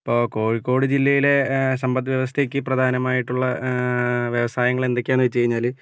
ഇപ്പോൾ കോഴിക്കോട് ജില്ലയിലേ സമ്പദ് വ്യവസ്ഥയ്ക്ക് പ്രധാനമായിട്ടുള്ള വ്യവസായങ്ങള് എന്തൊക്കെയാന്ന് വെച്ചു കഴിഞ്ഞാല്